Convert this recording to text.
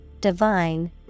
divine